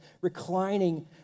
reclining